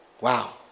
Wow